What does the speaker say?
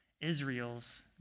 Israel's